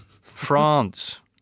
France